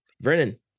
Vernon